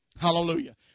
Hallelujah